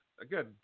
again